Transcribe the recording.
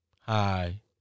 Hi